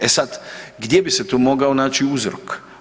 E sad, gdje bi se tu mogao naći uzrok?